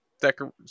decor